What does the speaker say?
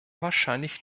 wahrscheinlich